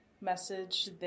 message